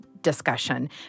discussion